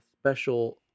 special